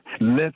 Let